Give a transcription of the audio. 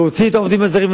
להוציא את העובדים הזרים,